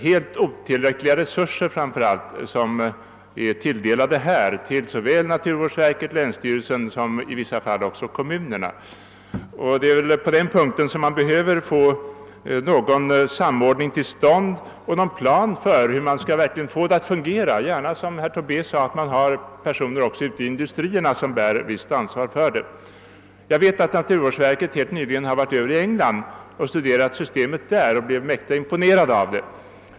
De resurser som är tilldelade naturvårdsverket, länsstyrelserna och i vissa fall även kommunerna är helt otillräckliga. Det är väl på den punkten som man behöver få en samordning till stånd och någon plan för hur man verkligen skall få miljöskyddet att fungera — gärna, som herr Tobé sade, genom att även vissa personer ute i industrierna får bära en del av ansvaret. Jag vet att man från naturvårdsverkets sida helt nyligen gjort besök i England för att studera miljöskyddssystemet där och blivit mäkta imponerad av det.